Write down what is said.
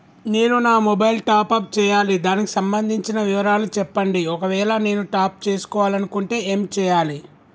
నేను నా mobile top up చేయాలి దానికి సంబంధించిన వివరాలు చెప్పండి ఒకవేళ నేను టాప్ చేసుకోవాలనుకుంటే ఏం చేయాలి?